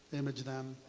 image them,